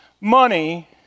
Money